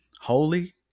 holy